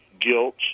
guilt